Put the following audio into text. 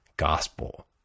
gospel